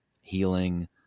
healing